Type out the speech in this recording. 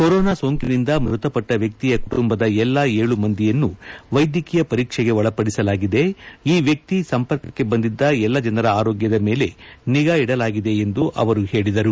corona ಸೋಂಕಿನಿಂದ ಮೃತಪಟ್ಟ ವ್ಯಕ್ತಿಯ ಕುಟುಂಬದ ಎಲ್ಲಾ ಏಳು ಮಂದಿಯನ್ನು ವೈದ್ಯಕೀಯ ಪರೀಕ್ಷೆಗೆ ಒಳಪಡಿಸಲಾಗಿದೆ ಈ ವ್ಯಕ್ತಿ ಸಂಪರ್ಕಕ್ಕೆ ಬಂದಿದ್ದ ಎಲ್ಲ ಜನರ ಆರೋಗ್ಧದ ಮೇಲೆ ನಿಗಾ ಇಡಲಾಗಿದೆ ಎಂದು ಅವರು ಹೇಳಿದರು